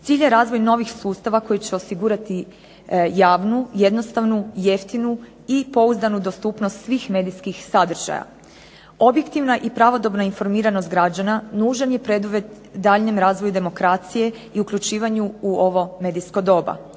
Cilj je razvoj novih sustava koji će osigurati javnu, jednostavnu, jeftinu i pouzdanu dostupnost svih medijskih sadržaja. Objektivna i pravodobna informiranost građana nužan je preduvjet daljnjem razvoju demokracije i uključivanju u ovo medijsko doba.